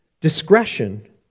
Discretion